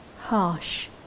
harsh